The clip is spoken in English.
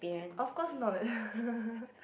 of course not